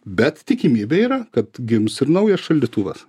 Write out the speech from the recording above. bet tikimybė yra kad gims ir naujas šaldytuvas